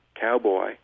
cowboy